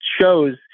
shows